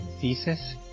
thesis